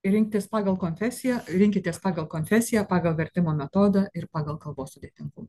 rinktis pagal konfesiją rinkitės pagal konfesiją pagal vertimo metodą ir pagal kalbos sudėtingumą